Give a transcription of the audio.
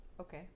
Okay